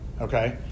Okay